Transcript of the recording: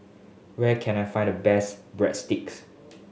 where can I find the best Breadsticks